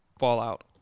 Fallout